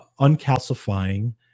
uncalcifying